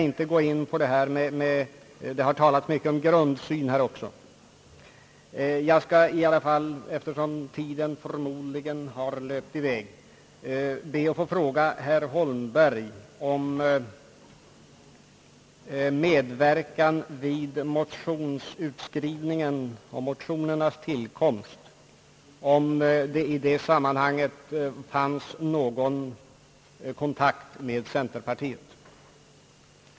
Eftersom tiden förmodligen har löpt iväg, ber jag bara till sist att få fråga herr Holmberg, om det vid motionernas utskrivning och tillkomst förekom någon kontakt mellan högern och centerpartiet?